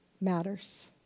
matters